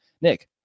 Nick